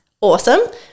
awesome